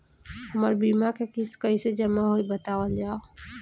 हमर बीमा के किस्त कइसे जमा होई बतावल जाओ?